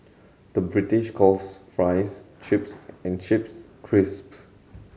the British calls fries chips and chips crisps